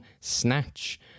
snatch